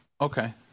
Okay